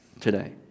today